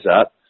up